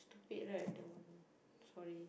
stupid right that one sorry